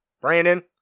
Brandon